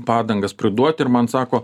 padangas priduot ir man sako